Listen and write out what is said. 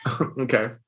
Okay